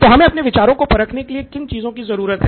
तो हमें अपने विचारों को परखने के लिए किन चीज़ों की जरूरत है